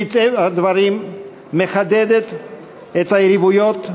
שמטבע הדברים מחדדת את היריבויות,